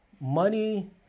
Money